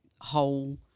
whole